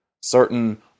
Certain